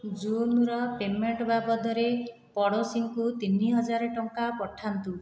ଜୁନ୍ର payment ବାବଦରେ ପଡ଼ୋଶୀ ଙ୍କୁ ତିନି ହଜାର ଟଙ୍କା ପଠାନ୍ତୁ